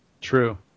True